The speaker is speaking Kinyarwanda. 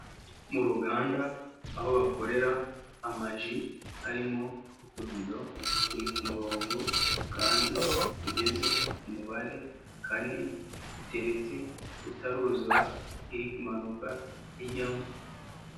Mu ruganda aho bakorera amaji harimo uduvido turi ku murongo kandi tugeze ku mubare kane, duteretse tutaruzura iri kumanuka ijyamo.